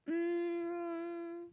um